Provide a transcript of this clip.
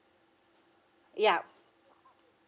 yeah